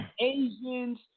Asians